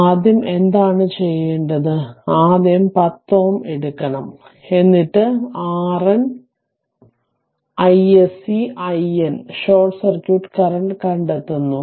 ആദ്യം എന്താണ് ചെയ്യേണ്ടത് ആദ്യം 10 Ω എടുക്കണം എന്നിട്ട് RN iSC IN short circuit current കണ്ടെത്തുന്നു